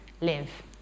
live